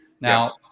Now